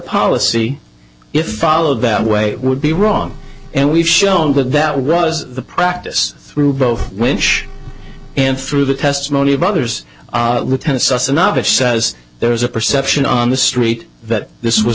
policy if followed that way would be wrong and we've shown that that was the practice through both whinge and through the testimony of others thus a novice says there's a perception on the street that this was